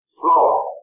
slow